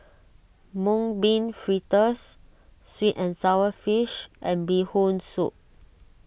Mung Bean Fritters Sweet and Sour Fish and Bee Hoon Soup